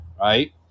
right